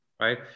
right